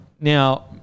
now